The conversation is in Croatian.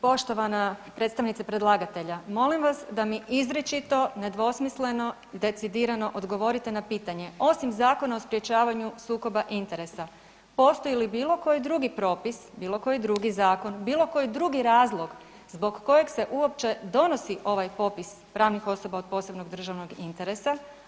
Poštovana predstavnice predlagatelja, molim vas da mi izričito nedvosmisleno i decidirano odgovorite na pitanje, osim Zakona o sprječavanju sukoba interesa postoji li bilo koji drugi propis, bilo koji drugi zakon, bilo koji drugi razlog zbog kojeg se uopće donosi ovaj popis pravnih osoba od posebnog državnog interesa?